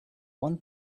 one